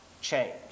change